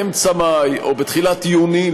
באמצע מאי או בתחילת יוני,